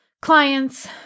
clients